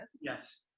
Yes